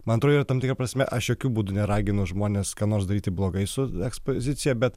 man atrodo jie tam tikra prasme aš jokiu būdu neraginu žmones ką nors daryti blogai su ekspozicija bet